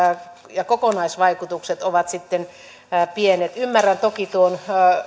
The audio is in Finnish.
ja kokonaisvaikutukset ovat sitten pienet ymmärrän toki tuon